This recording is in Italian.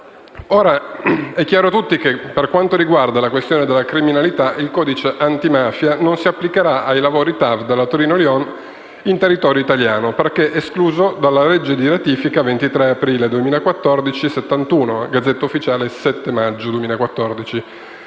Ora, è chiaro a tutti che, per quanto riguarda la questione della criminalità, il codice antimafia non si applicherà ai lavori TAV della Torino-Lione in territorio italiano, perché escluso dalla legge di ratifica (la n. 71 del 23 aprile 2014, pubblicata sulla *Gazzetta Ufficiale* il 7 maggio 2014)